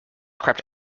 crept